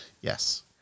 Yes